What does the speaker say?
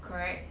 correct